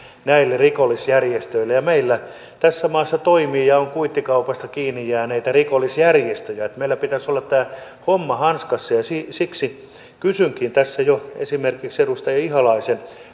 näille rikollisjärjestöille meillä tässä maassa toimii ja on kuittikaupasta kiinni jääneitä rikollisjärjestöjä ja meillä siis pitäisi olla tämä homma hanskassa siksi kysynkin tässä jo esimerkiksi edustaja ihalaisen